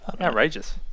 outrageous